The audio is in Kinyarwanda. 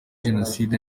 jenoside